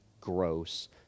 gross